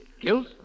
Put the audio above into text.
Guilt